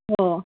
हो